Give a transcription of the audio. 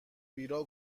بیراه